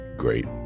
great